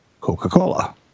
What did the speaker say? Coca-Cola